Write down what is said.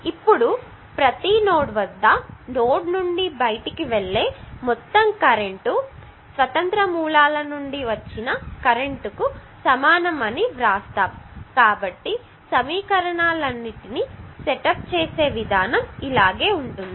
ఇప్పుడు ప్రతి నోడ్ వద్ద నోడ్ నుండి బయటికి వెళ్లే మొత్తం కరెంట్ స్వతంత్ర మూలాల నుండి వచ్చిన కరెంట్ కు సమానం అని వ్రాస్తాము కాబట్టి సమీకరణాల అన్నింటినీ సెటప్ చేసే విధానం ఇలా ఉంటుంది